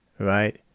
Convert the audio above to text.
Right